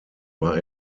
war